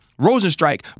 Rosenstrike